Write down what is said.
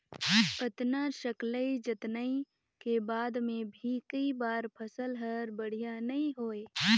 अतना सकलई जतनई के बाद मे भी कई बार फसल हर बड़िया नइ होए